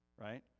right